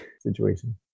situation